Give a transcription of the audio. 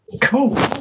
cool